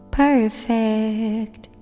perfect